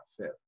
fit